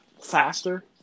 faster